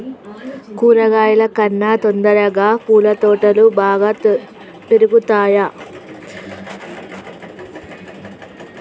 కూరగాయల కన్నా తొందరగా పూల తోటలు బాగా పెరుగుతయా?